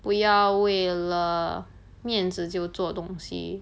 不要为了面子就做东西